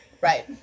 Right